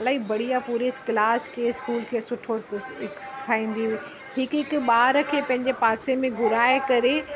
इलाही बढ़िया पूरे क्लास खे स्कूल खे सुठो सेखारींदी हुई हिकु हिकु ॿार खे पंहिंजे पासे में घुराए करे